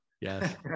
Yes